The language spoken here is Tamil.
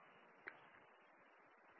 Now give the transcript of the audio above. மாணவர் மாணவர் கணித ரீதியாக சரியானது